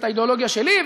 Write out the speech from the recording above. את האידיאולוגיה שלי,